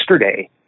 yesterday